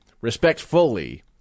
respectfully